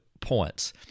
points